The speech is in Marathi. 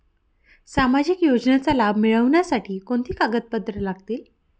सामाजिक योजनेचा लाभ मिळण्यासाठी कोणती कागदपत्रे लागतील?